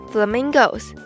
Flamingos